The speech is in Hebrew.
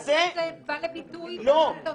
זה בא לידי ביטוי בתוצאה הסופית?